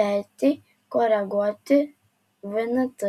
vertei koreguoti vnt